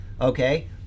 okay